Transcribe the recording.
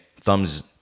thumbs